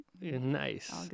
Nice